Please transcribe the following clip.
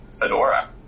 fedora